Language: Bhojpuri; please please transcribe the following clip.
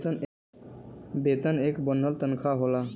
वेतन एक बन्हल तन्खा होला